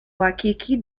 waikiki